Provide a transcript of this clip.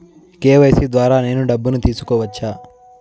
KYC ద్వారా నేను డబ్బును తీసుకోవచ్చా?